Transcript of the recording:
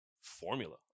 formula